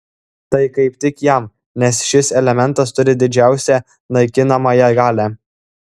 tai kaip tik jam nes šis elementas turi didžiausią naikinamąją galią